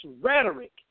rhetoric